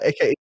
Okay